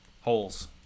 Holes